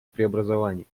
преобразований